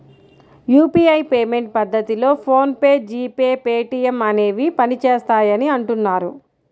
UPI payment పద్ధతిలో PhonePe, G pay, Paytm అనేవి పనిచేస్తాయని అంటున్నారు